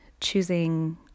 choosing